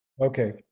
okay